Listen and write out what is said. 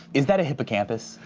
is that a hippocampus?